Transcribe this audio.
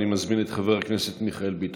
אני מזמין את חבר הכנסת מיכאל ביטון.